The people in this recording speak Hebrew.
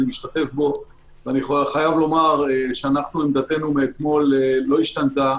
חייב לומר שעמדתנו מאתמול לא השתנתה.